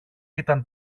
ήταν